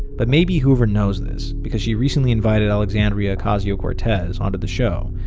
but maybe hoover knows this because she recently invited alexandria ocasio-cortez onto the show,